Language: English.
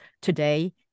today